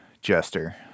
jester